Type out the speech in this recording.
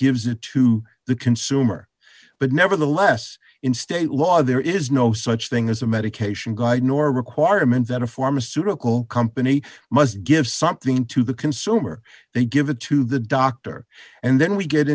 gives it to the consumer but nevertheless in state law there is no such thing as a medication guide nor requirement that a pharmaceutical company must give something to the consumer they give it to the doctor and then we get